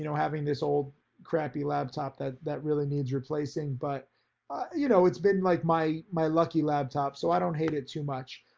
you know having this old crappy laptop that that really needs replacing, but you know, it's been like my my lucky laptop, so i don't hate it too much.